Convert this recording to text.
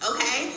Okay